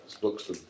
book's